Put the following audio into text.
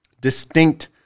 distinct